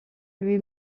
lui